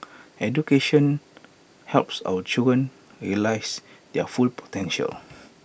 education helps our children realise their full potential